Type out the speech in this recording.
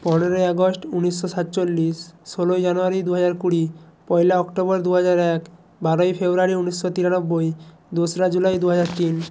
পনেরোই আগস্ট উনিশশো সাতচল্লিশ ষোলোই জানুয়ারি দু হাজার কুড়ি পয়লা অক্টোবর দু হাজার এক বারোই ফেব্রোয়ারি উনিশশো তিরানব্বই দোসরা জুলাই দু হাজার তিন